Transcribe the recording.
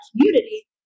community